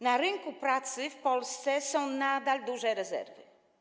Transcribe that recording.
Na rynku pracy w Polsce są nadal duże rezerwy.